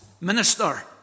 minister